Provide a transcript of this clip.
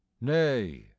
nay